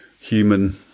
human